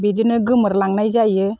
बिदिनो गोमोरलांनाय जायो